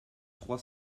trois